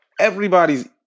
everybody's